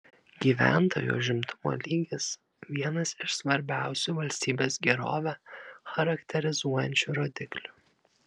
gyventojų užimtumo lygis vienas iš svarbiausių valstybės gerovę charakterizuojančių rodiklių